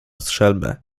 strzelbę